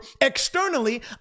externally